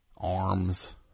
Arms